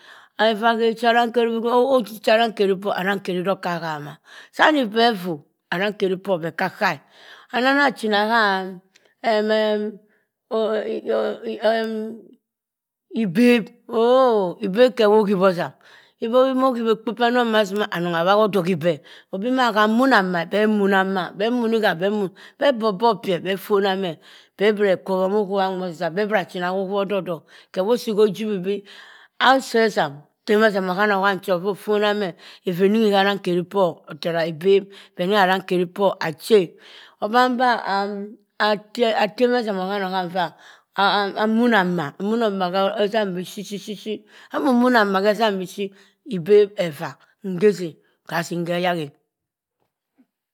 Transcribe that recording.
Effah ghe ocha arankeri bii tong. Ochi arankeri poh arankeri odoka ahama. Sa ani beh vuu, arankeri poh beh kha agha e. Anana china ham ibeb oh ibeb ghe wo ghibhi ozam. Ibeb omo ghibhe ekpo panong ma si ma anong owaha odohi beh. Obima ham mmua amah e. Beh munni kha beh mun. Beh bokbok pyeh beh fona moh. Beh bra kwobha mohuwa nwo ozizah. Beh bra china howa ododok. Khewosii gho jibhi bii assii ezam, tema ezam ohanoham cho iffa ofana meh effa eringhi kha arankeri poh tara ebeb beh ningha arankeri pohachi e oban bah am atem ezam ohanohan ffah munn amah, amunn amah khezam biship. Amunn munn amah khezam biship ibeb, effa, ngezii khor azim khe yaghi.